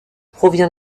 provient